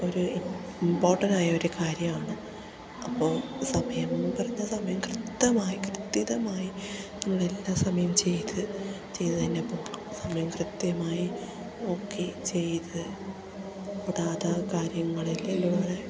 ഒരു ഇമ്പോർട്ടൻ്റായൊരു കാര്യമാണ് അപ്പോൾ സമയം പറഞ്ഞാൽ സമയം കൃത്യമായി കൃത്യതമായി നിങ്ങളെല്ലാ സമയം ചെയ്ത് ചെയ്തു തന്നെ പോകണം സമയം കൃത്യമായി നോക്കി ചെയ്തു വിടാതെ കാര്യങ്ങളിലൂടെ